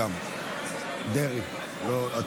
כרגע אלה יהיו תוצאות